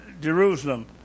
Jerusalem